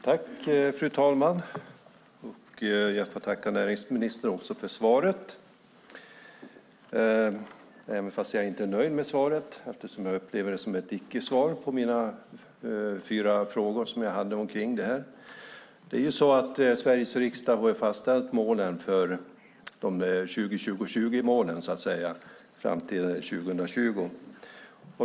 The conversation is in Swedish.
Fru talman! Jag får tacka näringsministern för svaret, även om jag inte är nöjd med svaret eftersom jag upplever det som ett icke-svar på mina fyra frågor omkring det här. Sveriges riksdag har fastställt 20-20-20-målet fram till 2020.